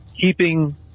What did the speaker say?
keeping